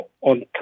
on